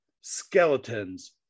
skeletons